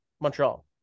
Montreal